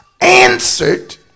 answered